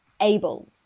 able